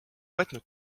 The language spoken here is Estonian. võtnud